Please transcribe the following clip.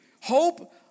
hope